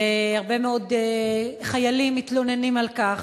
והרבה מאוד חיילים מתלוננים על כך,